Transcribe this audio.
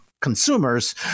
consumers